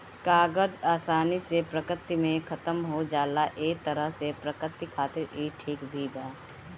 कागज आसानी से प्रकृति में खतम हो जाला ए तरह से प्रकृति खातिर ई ठीक भी बा